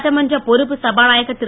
சட்டமன்ற பொறுப்பு சபாநாயகர் திரு